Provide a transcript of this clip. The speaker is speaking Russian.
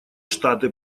штаты